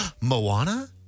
Moana